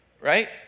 right